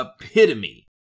epitome